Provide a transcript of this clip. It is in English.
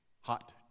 Hot